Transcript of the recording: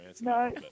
No